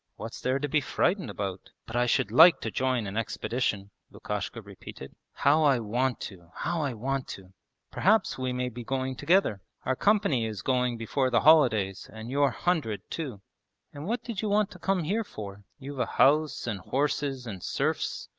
what's there to be frightened about? but i should like to join an expedition lukashka repeated. how i want to! how i want to perhaps we may be going together. our company is going before the holidays, and your hundred too and what did you want to come here for? you've a house and horses and serfs.